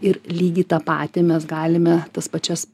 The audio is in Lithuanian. ir lygiai tą patį mes galime tas pačias